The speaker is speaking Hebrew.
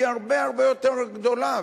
היא הרבה יותר גדולה,